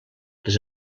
les